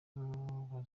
abantu